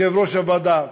יושב-ראש הוועדה,